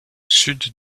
sud